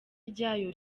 ryayo